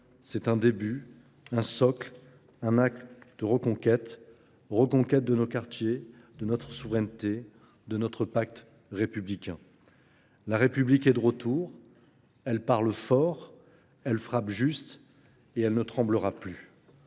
c'est un début, un socle, un acte de reconquête, reconquête de nos quartiers, de notre souveraineté, de notre pacte républicain. La République est de retour. Elle parle fort, elle frappe juste et elle ne tremblera plus.